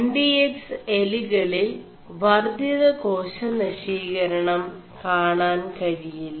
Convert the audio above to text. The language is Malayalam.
എം ഡി എക്സ് എലികളിൽ വർWിത േകാശനശീകരണം കാണാൻ കഴിയി